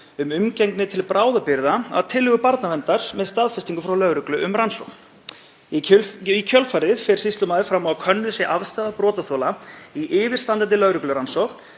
um umgengni til bráðabirgða að tillögu barnaverndar með staðfestingu frá lögreglu um rannsókn. Í kjölfarið fer sýslumaður fram á að könnuð sé afstaða brotaþola í yfirstandandi lögreglurannsókn